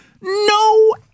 No